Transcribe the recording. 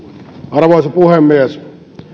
arvoisa puhemies